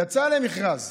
יצאו למכרז,